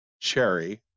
cherry